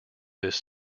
this